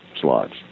slots